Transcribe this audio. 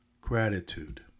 gratitude